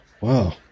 Wow